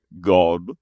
God